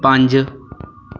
ਪੰਜ